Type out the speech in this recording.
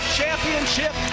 championship